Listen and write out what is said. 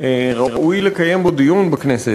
ראוי לקיים בו דיון בכנסת.